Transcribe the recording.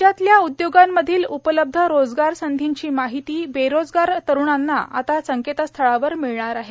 राज्यातल्या उदयोगांमधील उपलब्ध रोजगारसंधींची माहिती बेरोजगार तरुणांना आता संकेतस्थळावर मिळणार आहे